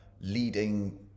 leading